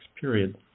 period